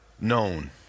known